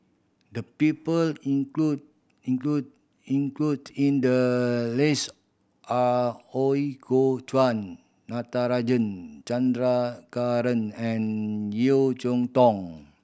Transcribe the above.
the people included included included in the list are Ooi Kok Chuen Natarajan Chandrasekaran and Yeo Cheow Tong